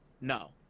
no